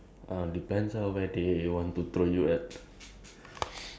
I think got part time zookeeper is it I think that one also night shift only